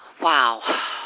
Wow